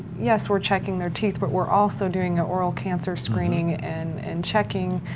yes, we're checking their teeth but we're also doing an oral cancer screening and and checking,